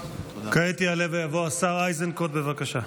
כעת יעלה ויבוא השר איזנקוט, בבקשה.